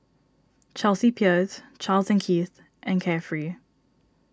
Chelsea Peers Charles and Keith and Carefree